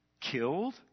killed